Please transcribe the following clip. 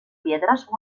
piedras